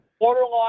borderline